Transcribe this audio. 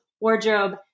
wardrobe